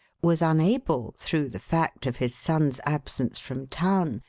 was unable, through the fact of his son's absence from town,